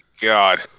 God